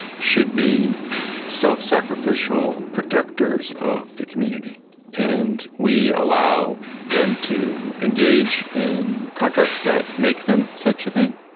should be self sacrificial protectors of the community and we allow them to engage in contracts that make them such a thing.